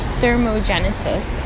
thermogenesis